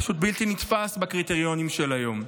פשוט בלתי נתפס בקריטריונים של היום,